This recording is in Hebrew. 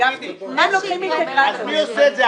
תגידי, אז מי עושה את זה?